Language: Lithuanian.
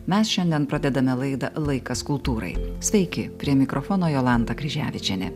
mes šiandien pradedame laidą laikas kultūrai sveiki prie mikrofono jolanta kryževičienė